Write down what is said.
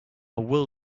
will